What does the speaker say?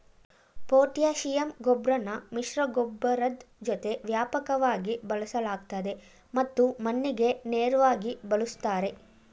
potassium ಗೊಬ್ರನ ಮಿಶ್ರಗೊಬ್ಬರದ್ ಜೊತೆ ವ್ಯಾಪಕವಾಗಿ ಬಳಸಲಾಗ್ತದೆ ಮತ್ತು ಮಣ್ಣಿಗೆ ನೇರ್ವಾಗಿ ಬಳುಸ್ತಾರೆ